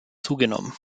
zugenommen